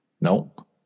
Nope